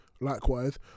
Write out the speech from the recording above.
likewise